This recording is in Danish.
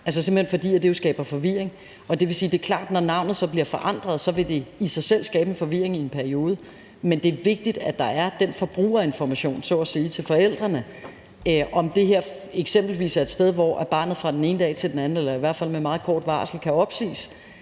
det, simpelt hen fordi det jo skaber forvirring. Det vil sige, at det er klart, at når navnet så bliver forandret, vil det i sig selv skabe en forvirring i en periode. Men det er vigtigt, at der er den forbrugerinformation, så at sige, til forældrene om, at det her eksempelvis er et sted, hvor barnets pasning fra den ene dag til den anden, eller i hvert fald med meget kort varsel, kan opsiges,